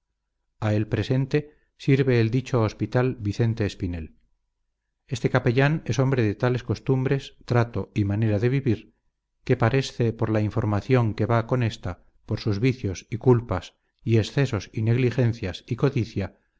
a el presente sirue el dicho ospital viente espinel este capellan es hombre de tales costumbres trato y manera de bibir que paresce por la ynformacion que va con esta por sus vicios y culpas y excessos y neglixenias y cobdiia